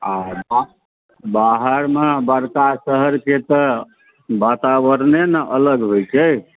आ बाहरमे बड़का शहरके तऽ वातावरणे ने अलग होइ छै